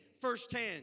firsthand